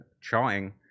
charting